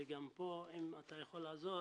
וגם פה אם אתה יכול לעזור